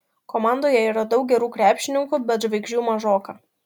komandoje yra daug gerų krepšininkų bet žvaigždžių mažoka